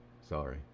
Sorry